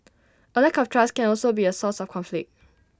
A lack of trust can also be A source of conflict